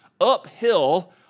uphill